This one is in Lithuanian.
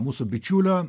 mūsų bičiulio